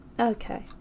okay